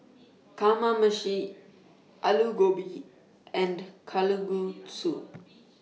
Kamameshi Alu Gobi and Kalguksu